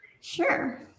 Sure